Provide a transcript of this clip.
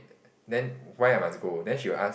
then why I must go then she will ask